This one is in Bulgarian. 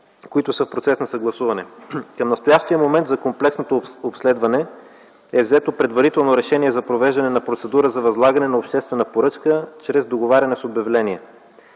които са в процес на съгласуване. Към настоящия момент за комплексното обследване е взето предварително решение за провеждане на процедура за възлагане на обществена поръчка чрез договаряне с обявление.